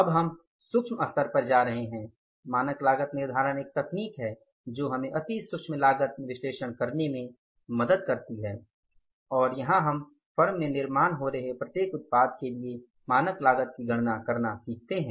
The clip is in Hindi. अब हम सूक्ष्म स्तर पर जा रहे हैं मानक लागत निर्धारण एक तकनीक है जो हमें अति सूक्षम लागत विश्लेषण करने में मदद करती है और यहां हम फर्म में निर्माण हो रहे प्रत्येक उत्पाद के लिए मानक लागत की गणना करना सीखते हैं